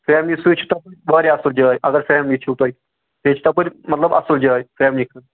family سۭتۍ چھُ تَپٲرۍ واریاہ اَصٕل جاے اگر فیملی چھُو تۄہہِ بیٚیہِ چھِ تَپٲرۍ مطلب اَصٕل جاے فیملی خٲطر